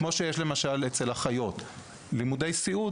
זה כמו אצל אחיות שלימודי הסיעוד